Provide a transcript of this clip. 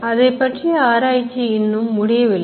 அதைப் பற்றிய ஆராய்ச்சி இன்னும் முடியவில்லை